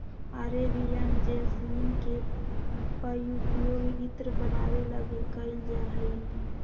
Arabian jasmine के पउपयोग इत्र बनावे ला भी कइल जाहई